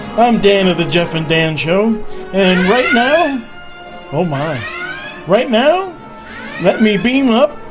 i'm dana the jeff and dan show and right now oh my right now let me beam up.